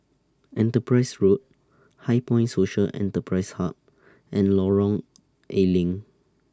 Enterprise Road HighPoint Social Enterprise Hub and Lorong A Leng